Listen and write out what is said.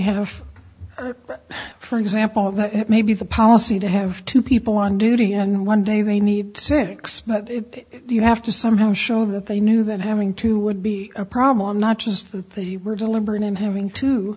have for example that it may be the policy to have two people on duty and one day they need six but you have to somehow show that they knew that having two would be a problem not just that they were deliberate in having t